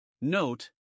Note